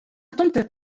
تمطر